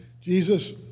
Jesus